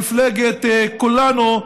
למפלגת כולנו,